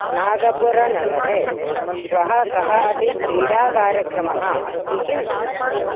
नागपुरनगरे श्वः कः अपि क्रीडाकार्यक्रमः अस्ति किम्